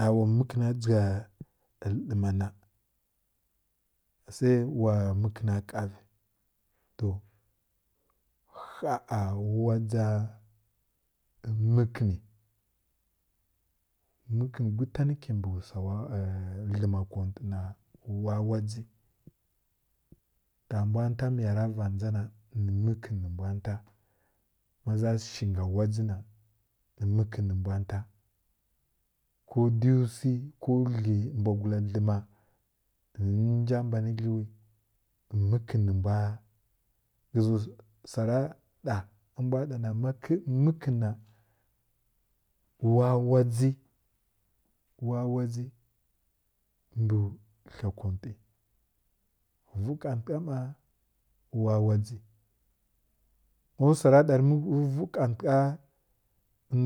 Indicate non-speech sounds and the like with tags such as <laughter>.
Ai wa məkəna dʒiga ləma na a sai wa məkəna kha vi to ha’a wadʒa məkəni məkəni gutan kibə wsa wa <hesitation> dləma kantə na wa wadʒi ta mbw nta miya ra va dʒa na nə məkən ni mbw nta ma za shi nga wadʒi na nə məkən nə mbw nta ko di wsi ko di wsi ko dləi mbwgula dləma nani nja mbani aləiw məkən nə mbw ghə ti wsa ra ɗa ma mbw na məkən na wa wadʒi mbə ha konti vuw kantəka ma wa wadʒi ma wsa ra ɗa rə vuw kantəka